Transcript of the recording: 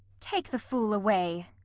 take the fool away.